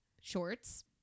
shorts